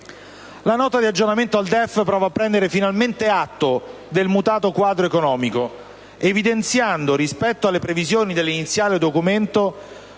La Nota di aggiornamento del DEF prova a prendere finalmente atto del mutato quadro economico, evidenziando, rispetto alle previsioni dell'iniziale Documento,